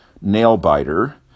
nail-biter